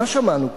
מה שמענו כאן?